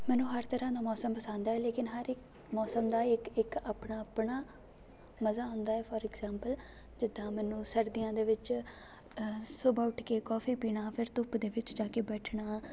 ਮੈਨੂੰ ਹਰ ਤਰ੍ਹਾਂ ਦਾ ਮੌਸਮ ਪਸੰਦ ਹੈ ਲੇਕਿਨ ਹਰ ਇੱਕ ਮੌਸਮ ਦਾ ਇੱਕ ਇੱਕ ਆਪਣਾ ਆਪਣਾ ਮਜ਼ਾ ਹੁੰਦਾ ਫੋਰ ਇਗਜਾਮਪਲ ਜਿੱਦਾਂ ਮੈਨੂੰ ਸਰਦੀਆਂ ਦੇ ਵਿੱਚ ਸੁਬਾਹ ਉੱਠ ਕੇ ਕੋਫੀ ਪੀਣਾ ਫਿਰ ਧੁੱਪ ਦੇ ਵਿੱਚ ਜਾ ਕੇ ਬੈਠਣਾ